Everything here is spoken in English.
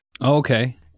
Okay